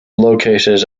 located